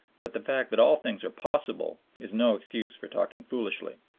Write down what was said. but the fact that all things are possible is no excuse for talking foolishly.